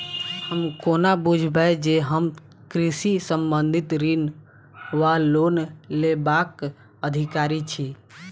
हम कोना बुझबै जे हम कृषि संबंधित ऋण वा लोन लेबाक अधिकारी छी?